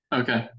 okay